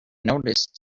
noticed